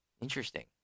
interesting